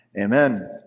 Amen